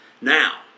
Now